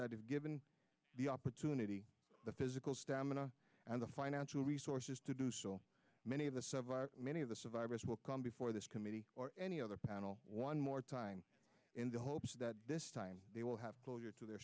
that if given the opportunity the physical stamina and the financial resources to do so many of the many of the survivors will come before this committee or any other panel one more time in the hopes that this time they will have closure to their